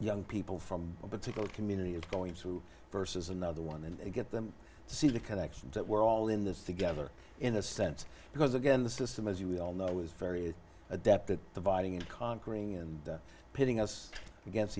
young people from a particular community is going to versus another one and get them to see the connections that we're all in this together in a sense because again the system as we all know it was very adept at dividing and conquering and putting us against